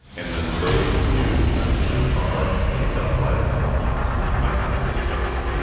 and then those queued messages are picked up by lambda functions, which might have a cold start time.